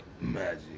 Magic